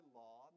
law